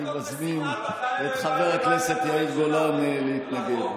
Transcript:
אני מזמין את חבר הכנסת יאיר גולן להתנגד.